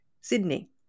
Sydney